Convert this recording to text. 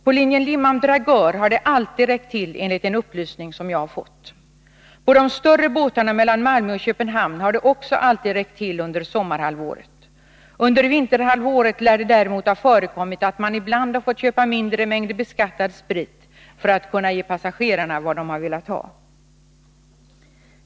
På linjen Limhamn-Dragör har det enligt en upplysning som jag har fått alltid räckt till. På de större båtarna mellan Malmö och Köpenhamn har det också alltid räckt till under sommarhalvåret. Under vinterhalvåret lär det däremot ha förekommit att man ibland fått köpa mindre mängder beskattad sprit för att kunna ge passagerarna vad de velat ha.